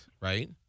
right